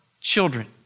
children